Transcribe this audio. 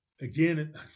again